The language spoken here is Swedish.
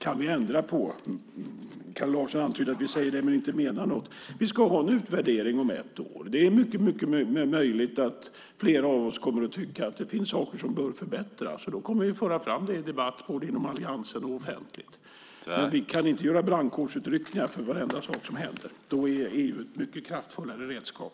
Kalle Larsson antyder att vi säger det men inte menar något. Vi ska ha en utvärdering om ett år. Det är mycket möjligt att flera av oss kommer att tycka att det finns saker som bör förbättras. Då kommer vi att föra fram det i en debatt både inom alliansen och offentligt. Men vi kan inte göra brandkårsutryckningar för varenda sak som händer. Då är EU ett mycket kraftfullare redskap.